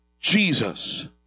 Jesus